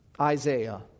Isaiah